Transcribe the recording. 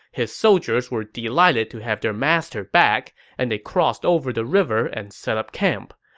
his soldiers were delighted to have their master back, and they crossed over the river and set up camp.